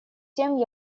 тем